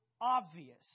obvious